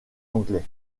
anglais